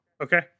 Okay